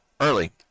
early